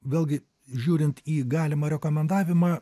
vėlgi žiūrint į galimą rekomendavimą